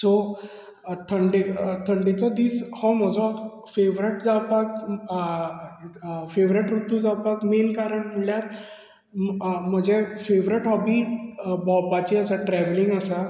so थंडे थंडेचो दीस हो म्हजो फेवरेट जावपाक फेवरेट मेन रुतू जावपाक म्हळ्यार म्हजे फेवरेट हॉबी भोंवपाचे आसा ट्रेवलींग आसा